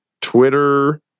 Twitter